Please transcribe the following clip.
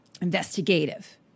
Investigative